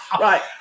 Right